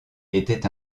était